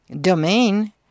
domain